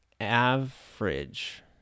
average